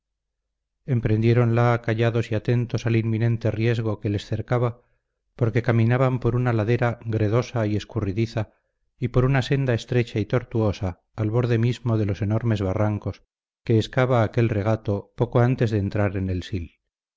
marcha emprendiéndola callados y atentos al inminente riesgo que les cercaba porque caminaban por una ladera gredosa y escurridiza y por una senda estrecha y tortuosa al borde mismo de los enormes barrancos que excava aquel regato poco antes de entrar en el sil